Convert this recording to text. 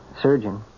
surgeon